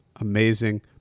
Amazing